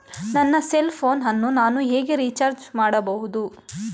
ನನ್ನ cell phone ಅನ್ನು ನಾನು ಹೇಗೆ ರಿಚಾರ್ಜ್ ಮಾಡಬಹುದು?